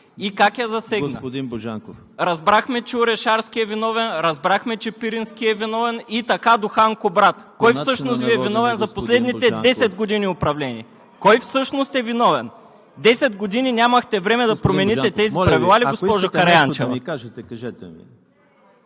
ЯВОР БОЖАНКОВ: Разбрахме, че Орешарски е виновен, разбрахме, че Пирински е виновен и така до хан Кубрат. Кой всъщност Ви е виновен за последните 10 години управление? Кой всъщност е виновен? Десет години нямахте време да промените тези правила ли, госпожо Караянчева?